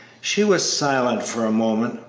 she was silent for a moment.